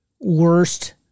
worst